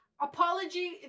Apology